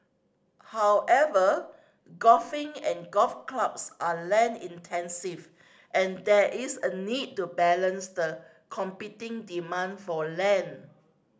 however golfing and golf clubs are land intensive and there is a need to balance the competing demand for land